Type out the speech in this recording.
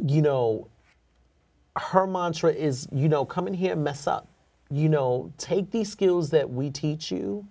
you know her mantra is you know come in here mess up you know take the skills that we teach you